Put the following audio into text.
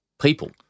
people